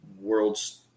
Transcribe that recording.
world's